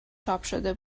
چاپشده